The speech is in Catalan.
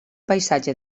paisatge